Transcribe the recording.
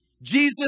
Jesus